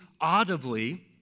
audibly